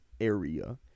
area